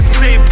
say